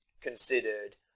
considered